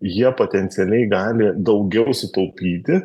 jie potencialiai gali daugiau sutaupyti